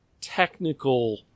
technical